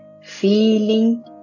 Feeling